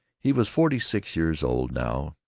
he was forty-six years old now,